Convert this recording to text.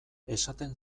esaten